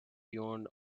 beyond